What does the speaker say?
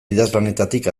idazlanetatik